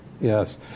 Yes